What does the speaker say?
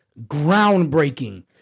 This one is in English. groundbreaking